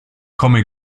komme